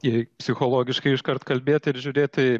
jei psichologiškai iškart kalbėt ir žiūrėt